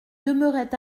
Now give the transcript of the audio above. demeurait